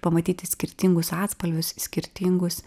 pamatyti skirtingus atspalvius skirtingus